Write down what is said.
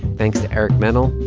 thanks to eric mennel,